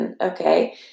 Okay